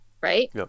right